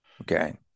Okay